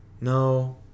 No